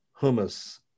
hummus